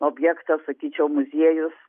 objektas sakyčiau muziejus